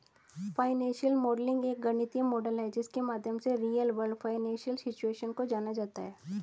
financial modelling एक गणितीय model है जिसके माध्यम से रियल वर्ल्ड फाइनेंशियल सिचुएशन को जाना जाता है